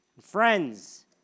friends